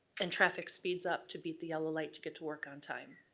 and traffic speeds up to beat the yellow light to get to work on time.